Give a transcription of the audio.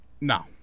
No